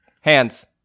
hands